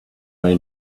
may